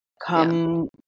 come